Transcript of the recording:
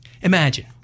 Imagine